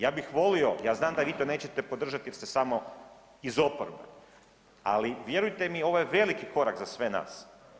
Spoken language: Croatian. Ja bih volio, ja znam da vi to nećete podržati jer ste samo iz oporbe, ali vjerujte mi ovo je veliki korak za sve nas.